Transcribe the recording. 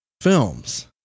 films